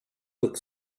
looked